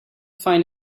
find